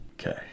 Okay